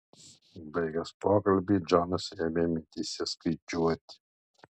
baigęs pokalbį džonas ėmė mintyse skaičiuoti